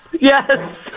Yes